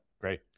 great